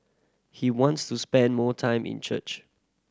he wants to spend more time in church